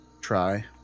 try